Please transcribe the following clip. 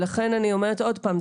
לכן אני אומרת עוד פעם,